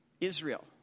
Israel